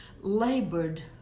labored